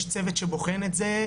יש צוות שבוחן את זה,